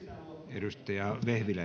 arvoisa